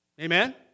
Amen